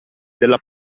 della